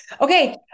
Okay